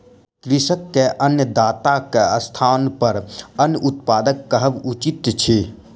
कृषक के अन्नदाताक स्थानपर अन्न उत्पादक कहब उचित अछि